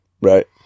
Right